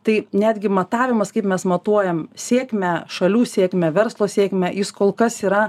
tai netgi matavimas kaip mes matuojam sėkmę šalių sėkmę verslo sėkmę jis kol kas yra